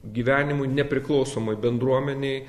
gyvenimui nepriklausomoj bendruomenėj